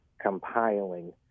compiling